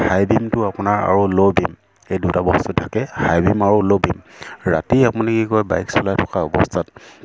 হাই বিমটো আপোনাৰ আৰু ল' বিম এই দুটা বস্তু থাকে হাই বিম আৰু ল' বিম ৰাতি আপুনি কি কয় বাইক চলাই থকা অৱস্থাত